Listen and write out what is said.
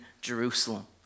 Jerusalem